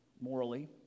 morally